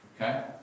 Okay